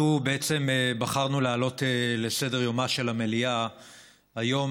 אנחנו בחרנו להעלות לסדר-יומה של המליאה היום